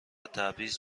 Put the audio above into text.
تبعیض